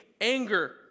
anger